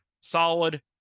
solid